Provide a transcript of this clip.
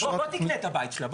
בוא, בוא תקנה את הבית שלה.